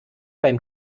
beim